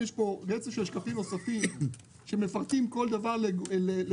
בהמשך יש רצף של שקפים נוספים שמפרטים כל דבר לפרטיו.